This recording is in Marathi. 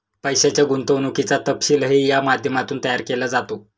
पैशाच्या गुंतवणुकीचा तपशीलही या माध्यमातून तयार केला जातो